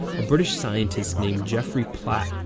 a british scientist named geoffrey platt,